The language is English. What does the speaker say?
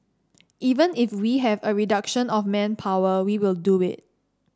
even if we have a reduction of manpower we will do it